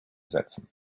setzen